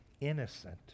innocent